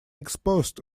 exposed